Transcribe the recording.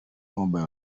mobile